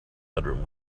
bedroom